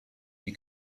you